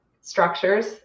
structures